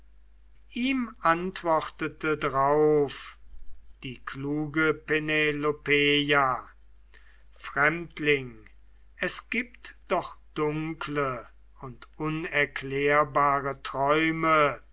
ihm antwortete drauf die kluge penelopeia fremdling es gibt doch dunkle und unerklärbare träume